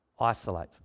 isolate